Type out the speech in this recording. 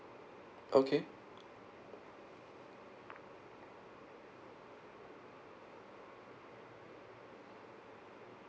okay